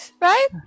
right